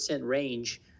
range